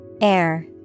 Air